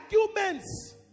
arguments